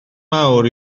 mawr